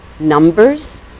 Numbers